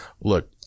look